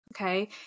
okay